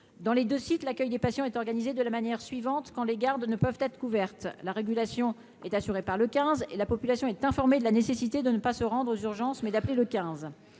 dans les 2 sites, l'accueil des patients est organisée de la manière suivante : quand les gardes ne peuvent être couvertes, la régulation est assurée par le quinze et la population est informée de la nécessité de ne pas se rendre aux urgences, mais d'appeler le 15